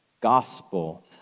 gospel